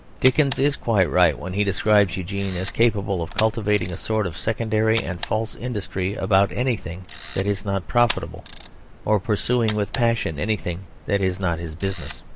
dickens is quite right when he describes eugene as capable of cultivating a sort of secondary and false industry about anything that is not profitable or pursuing with passion anything that is not his business.